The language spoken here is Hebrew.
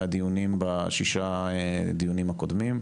מהדיונים בשישה דיונים הקודמים,